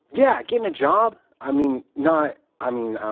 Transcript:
yeah. getting a job. i mean not, i mean, i